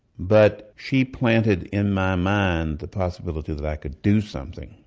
but she planted in my mind the possibility that i could do something,